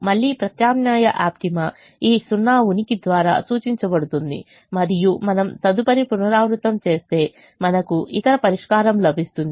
మళ్ళీ ప్రత్యామ్నాయ ఆప్టిమా ఈ 0 ఉనికి ద్వారా సూచించబడుతుంది మరియు మనము తదుపరి పునరావృతం చేస్తే మనకు ఇతర పరిష్కారం లభిస్తుంది